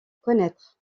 connaître